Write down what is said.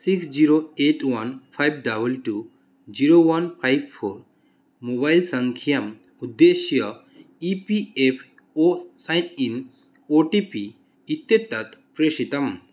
six zero eight one five double two zero one five four mobile सङ्ख्याम् उद्दिश्य E P F O sign in O T P इत्येतत् प्रेषितम्